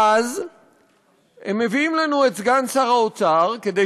ואז הם מביאים לנו את סגן שר האוצר כדי